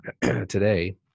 today